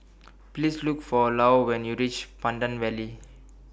Please Look For Lou when YOU REACH Pandan Valley